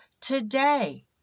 today